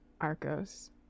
Arcos